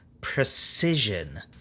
precision